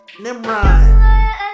Nimrod